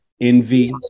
envy